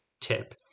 tip